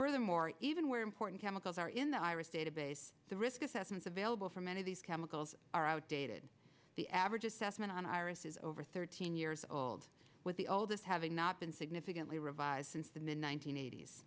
furthermore even where important chemicals are in the iris database the risk assessments available for many of these chemicals are outdated the average assessment on iris is over thirteen years old with the oldest having not been significantly revised since the